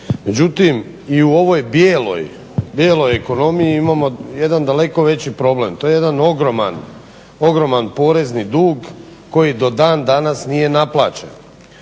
Međutim, i u ovoj bijeloj ekonomiji imamo jedan daleko veći problem. To je jedan ogroman porezni dug koji do dan danas nije naplaćen.